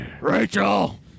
Rachel